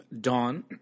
Dawn